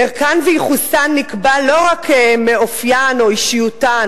ערכן וייחוסן נקבעים לא רק מאופיין ואישיותן